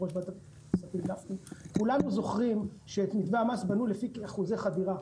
כולנו זוכרים שאת מתווה המס בנו לפי אחוזי חדירה.